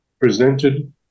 presented